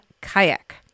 kayak